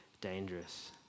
dangerous